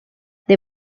they